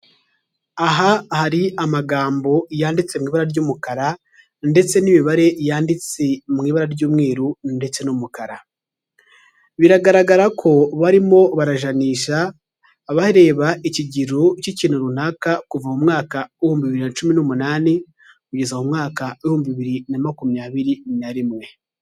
Aha hari amagambo yanditse mu ibara ry'umukara ndetse n'imibare yanditse mu ibara ry'umweru ndetse n'umukara, biragaragara ko barimo barajanisha, bareba ikigero k'ikintu runaka, kuva mu mwaka w'ibihumbi bibiri na cumi n'umunani kugeza mu mwaka ibihumbi bibiri na makumyabiri na rimwe.